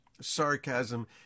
sarcasm